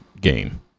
game